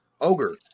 ogre